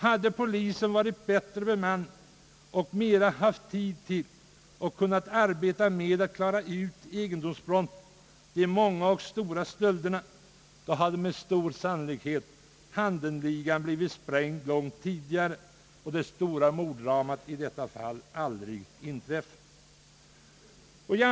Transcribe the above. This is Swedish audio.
Hade polisen varit bättre bemannad och haft mera tid att arbeta med att klara ut egendomsbrotten, de många och stora stölderna, hade med stor sannolikhet Handenligan blivit spräng långt tidigare och det stora morddramat i detta fall aldrig inträffat.